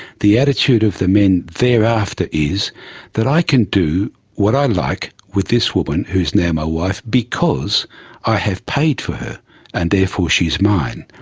the attitude of the men thereafter is that i can do what i like with this woman, who is now my wife, because i have paid for her and therefore she is mine'.